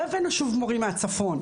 לא הבאנו שוב מורים מהצפון,